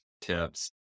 tips